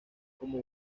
como